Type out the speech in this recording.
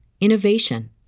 innovation